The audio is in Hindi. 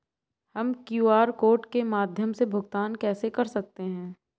हम क्यू.आर कोड के माध्यम से भुगतान कैसे कर सकते हैं?